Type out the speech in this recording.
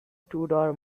tudor